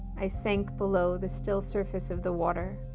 i sank below the still surface of the water.